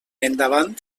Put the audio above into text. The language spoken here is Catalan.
endavant